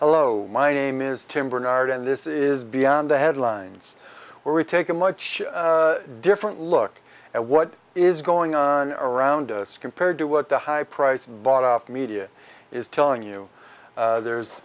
hello my name is tim barnard and this is beyond the headlines where we take a much different look at what is going on around us compared to what the high price of bought up media is telling you there's